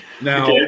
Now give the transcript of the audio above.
Now